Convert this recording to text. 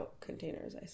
containers